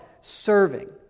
serving